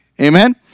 Amen